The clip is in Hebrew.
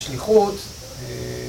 שליחות